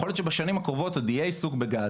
יכול להיות שבשנים הקרובות עוד יהיה עיסוק בגז,